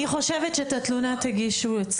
אני חושבת שאת התלונה תגישו אצלנו.